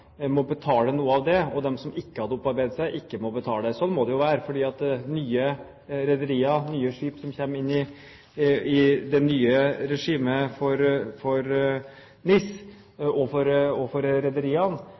må betale noe av det, og de som ikke hadde opparbeidet seg det, ikke må betale. Slik må det jo være, fordi rederier, nye skip som kommer inn i det nye regimet for NIS og for rederiene,